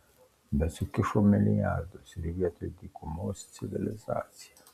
bet sukišo milijardus ir vietoj dykumos civilizacija